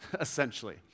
essentially